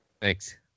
Thanks